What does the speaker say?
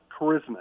charisma